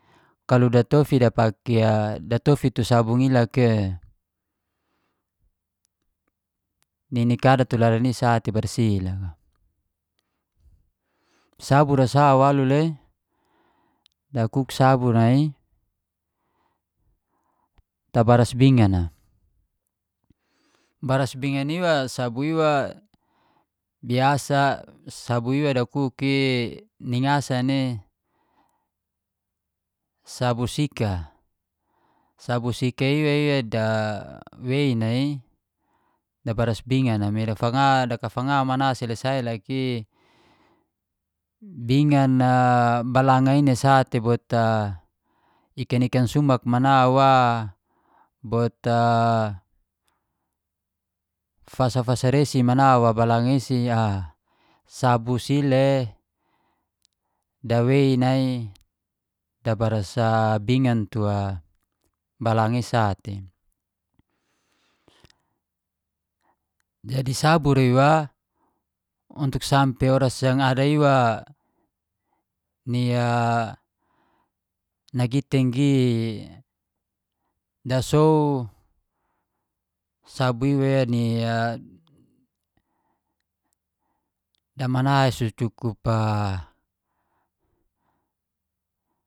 Kalau datofi dapaki a, datofi tu sabur i laka e nini kada tu ladan i sate barsi loka. Sabur sa walu le dakuk sabur nai i tabaras bingan a, baras bingan iwa sabur iwa biasa sabur iwa dakuk i ningasan i sabur sika, sabur sika ia ia dawei nai dabaras bingan a. Me dakafanga, dakafanga mana si selesai loka i bingan a, balanga i sate bot a, ikan-ikan sumak mana wa bot a fasa-fasa resi mana wa balangan isi a, sabur si le dawei nai dabaras bingan tua balanga i sate. Jadi sabur ra iwa, untuk sampe oras yang ada iwa ni nagitenggi dasow sabur iwa ni e damana su cukup